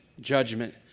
judgment